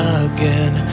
again